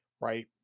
right